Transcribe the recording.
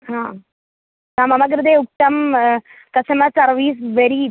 हा मम कृते उक्तं कस्टमर् सर्विस् वेरी